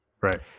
Right